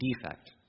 defect